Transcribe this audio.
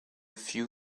few